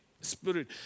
Spirit